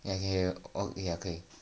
can hear you o~ okay okay